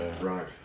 Right